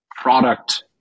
product